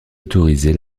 autorisée